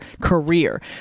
career